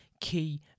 key